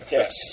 yes